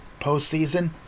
postseason